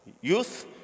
youth